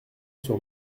sur